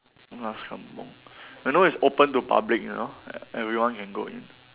last kampung you know it's open to public you know e~ everyone can go in